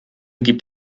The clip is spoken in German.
gibt